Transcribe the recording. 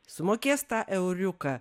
sumokės tą euriuką